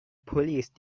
police